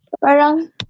Parang